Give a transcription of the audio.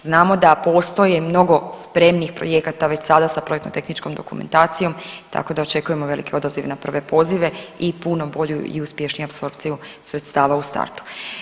Znamo da postoje mnogo spremnih projekata već sada sa projektno tehničkom dokumentacijom tako da očekujemo veliki odaziv na prve pozive i puno bolju i uspješniju apsorpciju sredstva u startu.